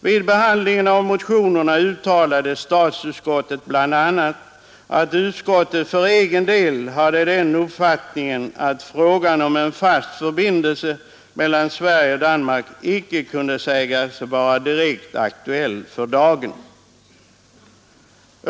Vid behandlingen av motionerna uttalade statsutskottet bl.a. att utskottet för egen del hade den uppfattningen att frågan om en fast förbindelse mellan Sverige och Danmark icke kunde sägas vara direkt aktuell för dagen.